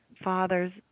father's